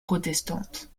protestante